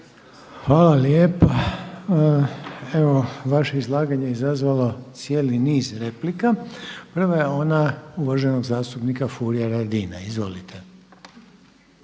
Hvala lijepa. Evo vaše izlaganje je izazvalo cijeli niz replika. Prva je ona uvaženog zastupnika Furia Radina. Izvolite.